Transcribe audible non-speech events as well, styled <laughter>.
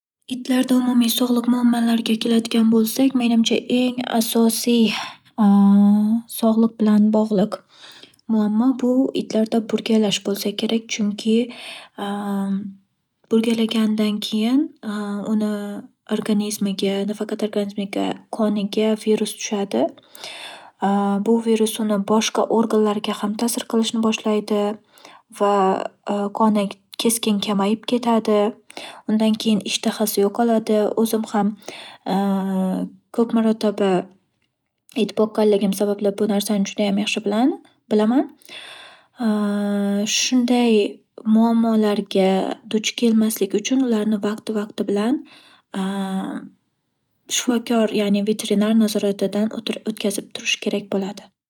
Itlarda umumiy sog'liq muammolariga keladigan bo'lsak, menimcha, eng asosiy <hesitation> sog'liq bilan bog'liq muammo bu-itlarda burgalash bo'lsa kerak. Chunki <hesitation> burgalagandan keyin <hesitation> uni organizmiga, nafaqat organizmiga qoniga virus tushadi. <hesitation> Bu virus uni boshqa organlariga ham ta'sir qilishni boshlaydi va <hesitation> qoni keskin kamayib ketadi. Undan keyin ishtahasi yo'qoladi. O'zim ham <hesitation> ko'p marotaba it boqqanligim sababli bu narsani judayam yaxshi bilan-bilaman. <hesitation> Shunday muammolarga duch kelmaslik uchun ularni vaqti-vaqti bilan <hesitation> shifokor ya'ni veterinar nazoratidan o'tirib-o'tkazib turish kerak bo'ladi.